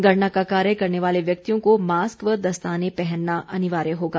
गणना का कार्य करने वाले व्यक्तियों को मास्क व दस्ताने पहनना अनिवार्य होगा